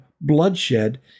bloodshed